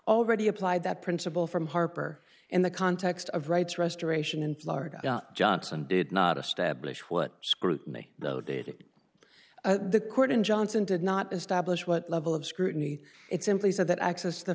already applied that principle from harper in the context of rights restoration in florida johnson did not establish what scrutiny though did the court and johnson did not establish what level of scrutiny it simply said that access t